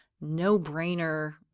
no-brainer